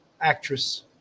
actress